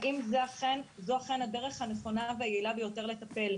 האם זו אכן הדרך הנכונה והיעילה ביותר לטפל?